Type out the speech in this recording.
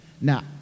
Now